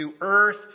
earth